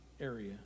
area